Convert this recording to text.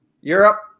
Europe